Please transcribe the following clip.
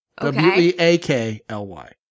W-E-A-K-L-Y